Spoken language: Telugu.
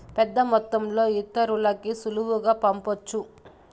పెద్దమొత్తంలో ఇతరులకి సులువుగా పంపొచ్చు